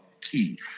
key